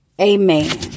Amen